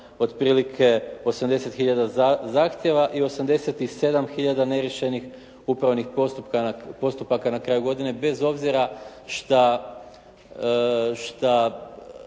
otprilike 80 hiljada zahtjeva i 87 hiljadu neriješenih upravnih postupaka na kraju godine bez obzira šta